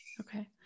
Okay